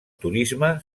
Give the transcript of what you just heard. turisme